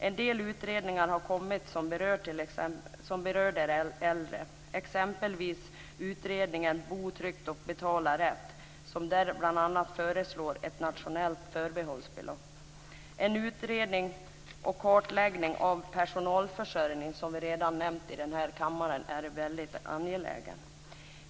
En del utredningar har kommit som berör de äldre, exempelvis utredningen Bo tryggt - betala rätt som föreslår ett nationellt förbehållsbelopp. En utredning om kartläggning av personalförsörjning är, som redan nämnts här i kammaren, väldigt angelägen.